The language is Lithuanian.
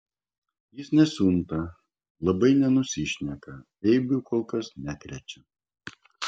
jis nesiunta labai nenusišneka eibių kol kas nekrečia